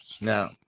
now